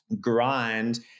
grind